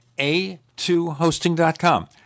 a2hosting.com